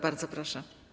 Bardzo proszę.